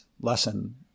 lesson